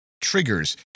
triggers